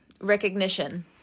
recognition